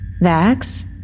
Vax